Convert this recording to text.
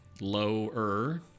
lower